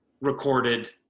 recorded